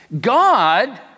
God